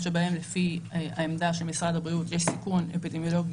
במקומות בהם לפי העמדה של משרד הבריאות יש סיכון אפידמיולוגי